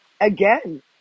again